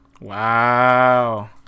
Wow